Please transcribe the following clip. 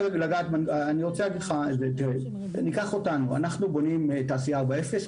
אנחנו בונים תעשייה 4.0,